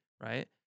right